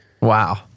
Wow